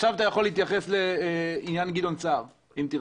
החברה- -- היא לא